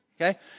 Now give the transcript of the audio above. Okay